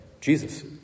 Jesus